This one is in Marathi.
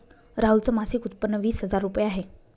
राहुल च मासिक उत्पन्न वीस हजार रुपये आहे